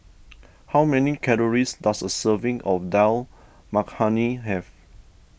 how many calories does a serving of Dal Makhani have